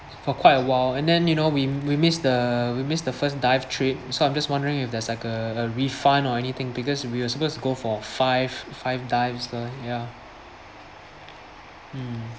for quite a while and then you know we we miss the we miss the first dive trip so I'm just wondering if there's like a refund or anything because we are supposed to go for five five dives though ya mm